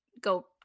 go